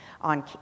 on